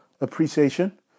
appreciation